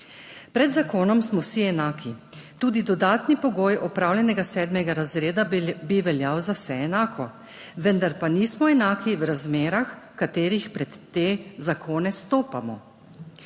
Pred zakonom smo vsi enaki, tudi dodatni pogoj opravljenega sedmega razreda bi veljal za vse enako, vendar pa nismo enaki v razmerah, v katerih pred te zakone stopamo.